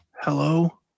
hello